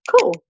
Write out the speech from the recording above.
Cool